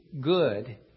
good